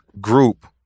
group